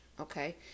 Okay